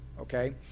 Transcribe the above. okay